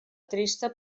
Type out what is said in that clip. trista